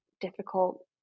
difficult